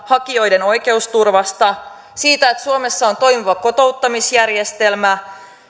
hakijoiden oikeusturvasta siitä että suomessa on toimiva kotouttamisjärjestelmä